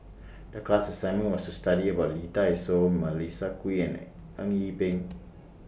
The class assignment was to study about Lee Dai Soh Melissa Kwee and Eng Yee Peng